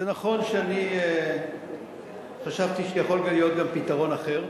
זה נכון שאני חשבתי שיכול להיות גם פתרון אחר,